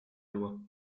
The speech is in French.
loi